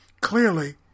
clearly